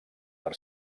per